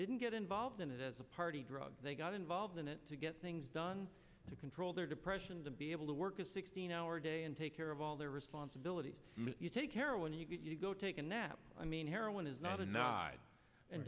didn't get involved in it as a party drug they got involved in it to get things done to control their depression to be able to work a sixteen hour day and take care of all their responsibility you take care when you go take a nap i mean heroin is not a nod a